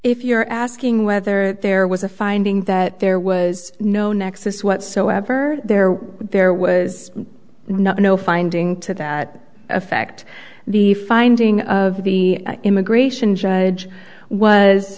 if you're asking whether there was a finding that there was no nexus whatsoever there there was no finding to that effect the finding of the immigration judge was